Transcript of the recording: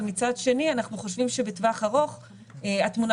אבל מצד שני אנחנו חושבים שבטווח ארוך התמונה